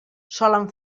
solen